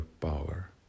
power